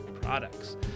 products